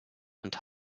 und